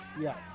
yes